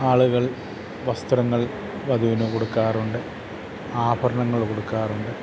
ആളുകൾ വസ്ത്രങ്ങൾ വധുവിന് കൊടുക്കാറുണ്ട് ആഭരണങ്ങൾ കൊടുക്കാറുണ്ട്